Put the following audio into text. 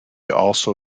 also